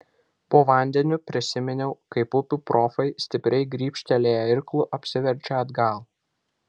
po vandeniu prisiminiau kaip upių profai stipriai grybštelėję irklu apsiverčia atgal